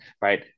right